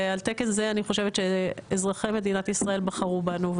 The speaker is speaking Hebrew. ועל תקן זה אני חושבת שאזרחי מדינת ישראל בחרו בנו,